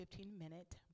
15-minute